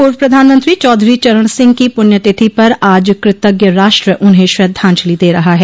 पूर्व प्रधानमंत्री चौधरी चरण सिंह की पूण्यतिथि पर आज कृतज्ञ राष्ट्र उन्हें श्रद्धाजलि दे रहा है